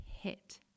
hit